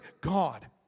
God